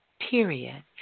period